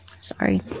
sorry